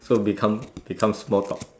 so become become small talk